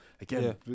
Again